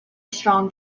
strong